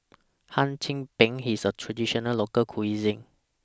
Hum Chim Peng IS A Traditional Local Cuisine